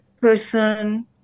person